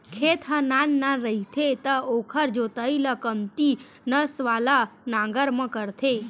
खेत ह नान नान रहिथे त ओखर जोतई ल कमती नस वाला नांगर म करथे